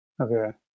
Okay